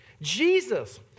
Jesus